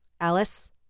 Alice